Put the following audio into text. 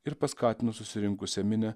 ir paskatino susirinkusią minią